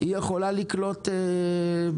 היא יכולה לקלוט הטלה?